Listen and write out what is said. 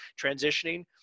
transitioning